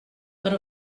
però